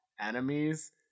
Enemies